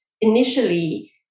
initially